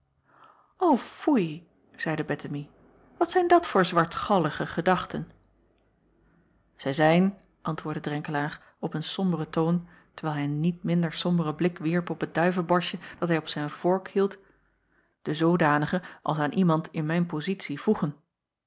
foei zeide ettemie wat zijn dat voor zwartgallige gedachten ij zijn antwoordde renkelaer op een somberen toon terwijl hij een niet min somberen blik wierp op het duiveborstje dat hij op zijn vork hield de zoodanige als aan iemand in mijn pozitie voegen